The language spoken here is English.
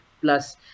Plus